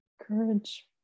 courage